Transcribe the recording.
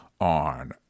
on